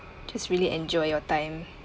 just really enjoy your time